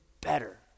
better